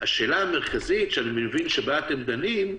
השאלה המרכזית, שאני מבין שבה אתם דנים,